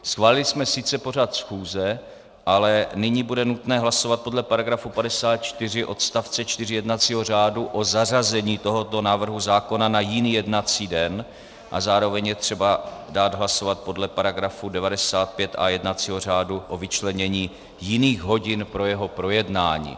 Schválili jsme sice pořad schůze, ale nyní bude nutné hlasovat podle § 54 odst. 4 jednacího řádu o zařazení tohoto návrhu zákona na jiný jednací den a zároveň je třeba dát hlasovat podle § 95a jednacího řádu o vyčlenění jiných hodin pro jeho projednání.